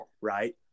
right